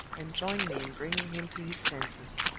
and joined me in bringing him to his senses.